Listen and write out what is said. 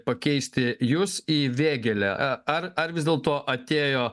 pakeist jus į vėgėlę ar ar vis dėlto atėjo